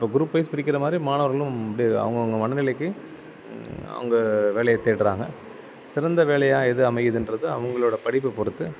இப்போ க்ரூப்வைஸ் பிரிக்கிற மாதிரி மாணவர்களும் அப்டி அவங்க அவங்க மனநிலைக்கு அவங்க வேலையை தேடுறாங்க சிறந்த வேலையாக எது அமையுதுன்றதை அவங்களோட படிப்பை பொறுத்து